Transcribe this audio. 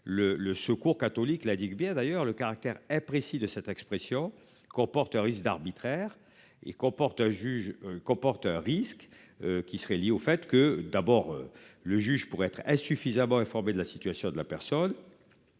le Secours catholique la digue bien d'ailleurs le caractère imprécis de cette expression comporte un risque d'arbitraire et comporte juge comporte un risque qui serait lié au fait que d'abord le juge pourrait être insuffisamment informés de la situation de la personne.